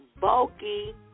bulky